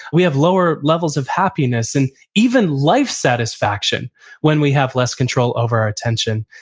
we have lower levels of happiness, and even life satisfaction when we have less control over our tension.